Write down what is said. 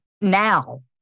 now